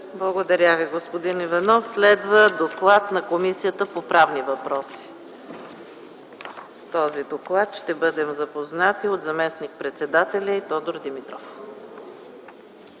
Благодаря Ви, господин Иванов. Следва доклад на Комисията по правни въпроси. С този доклад ще бъдем запознати от заместник-председателя й господин Тодор Димитров.